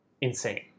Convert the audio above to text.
Insane